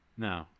No